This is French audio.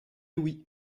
oui